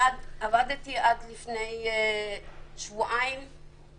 עבדתי עד לפני שבועיים,